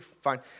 fine